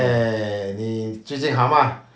eh 你最近好 mah